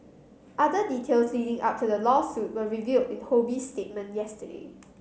other details leading up to the lawsuit were revealed in Ho Bee's statement yesterday